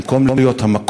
במקום להיות המקור,